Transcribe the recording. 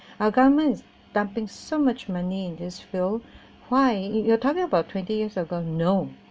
our government's dumping so much money in this field why you you're talking about twenty years ago no